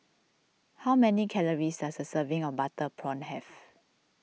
how many calories does a serving of Butter Prawn have